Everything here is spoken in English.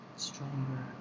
stronger